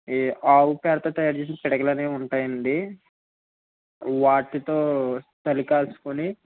ఈ ఆవు పేడతో తయారు చేసిన పిడకలు అనేవి ఉంటాయండి వాటితో చలి కాచుకుని